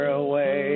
away